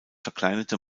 verkleinerte